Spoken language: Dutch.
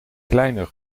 kleiner